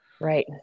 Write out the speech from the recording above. right